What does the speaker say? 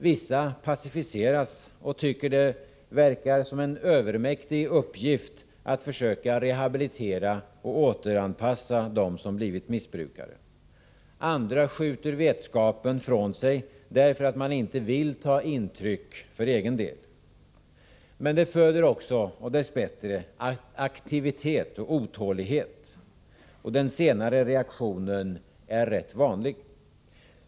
Vissa människor passiviseras och tycker att det verkar som en övermäktig uppgift att försöka rehabilitera och återanpassa dem som har blivit missbrukare. Andra skjuter vetskapen från sig, därför att de inte vill ta intryck för egen del. Men det föder också — och dess bättre — aktivitet och otålighet. Den senare reaktionen är rätt vanlig.